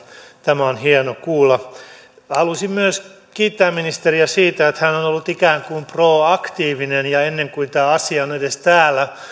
tämä on hienoa kuulla haluaisin myös kiittää ministeriä siitä että hän on on ollut ikään kuin proaktiivinen ja ennen kuin tämä asia on on edes täällä